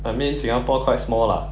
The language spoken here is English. I mean singapore quite small lah